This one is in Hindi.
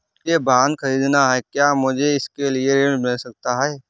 मुझे वाहन ख़रीदना है क्या मुझे इसके लिए ऋण मिल सकता है?